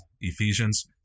Ephesians